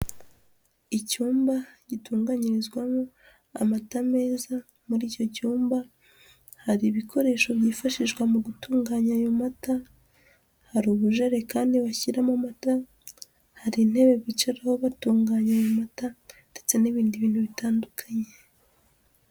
Icyumba gitunganyirizwamo amata meza, muri icyo cyumba hari ibikoresho byifashishwa mu gutunganya ayo mata, hari ubujerekani bashyiramo amata, hari intebe bicaraho batunganya ayo mata ndetse n'ibindi bintu bitandukanye.